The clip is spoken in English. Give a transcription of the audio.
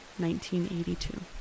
1982